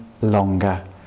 longer